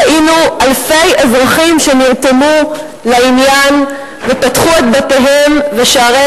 ראינו אלפי אזרחים שנרתמו לעניין ופתחו את בתיהם ושערי